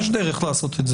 יש תמרורים שמעלים,